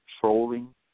trolling